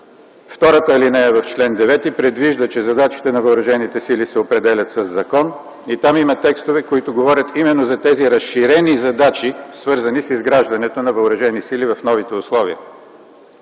втората алинея в чл. 9 предвижда, че задачите на въоръжените сили се определят със закон и там има текстове, които говорят именно за тези разширени задачи, свързани с изграждането на Въоръжени сили в новите условия.